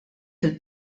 fil